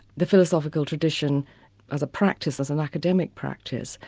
the philosophical tradition as a practice, as an academic practice,